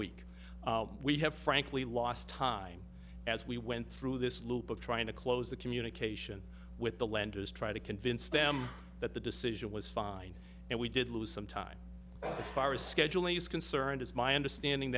week we have frankly lost time as we went through this loop of trying to close the communication with the lenders trying to convince them that the decision was fine and we did lose some time as far as scheduling is concerned is my understanding